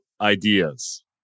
ideas